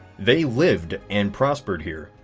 they lived and prospered here.